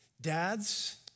Dads